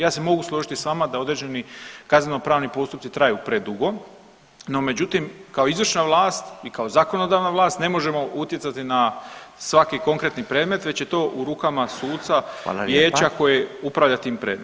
Ja se mogu složiti s vama da određeni kazneno pravni postupci traju predugo, no međutim kao izvršna vlast i kao zakonodavna vlast ne možemo utjecati na svaki konkretni predmet već je to u rukama suca i vijeća koje upravlja tim predmetom.